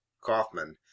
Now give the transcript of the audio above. kaufman